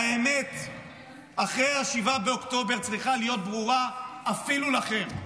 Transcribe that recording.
האמת אחרי 7 באוקטובר צריכה להיות ברורה אפילו לכם.